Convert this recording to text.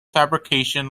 fabrication